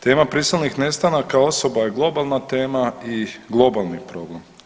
Tema prisilnih nestanaka osoba je globalna tema i globalni problem.